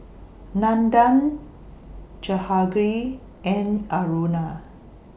Nandan Jahangir and Aruna